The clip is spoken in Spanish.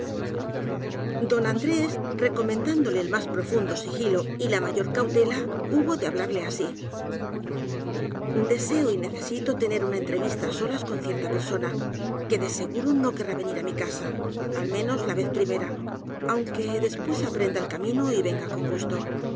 don andrés recomendándole el más profundo sigilo y la mayor cautela hubo de hablarle así deseo y necesito tener una entrevista á solas con cierta persona que de seguro no querrá venii á mi casa al menos la vez primera aunque después aprenda el camino y venga con gusto